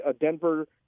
Denver